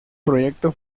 proyecto